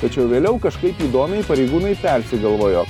tačiau vėliau kažkaip įdomiai pareigūnai persigalvojo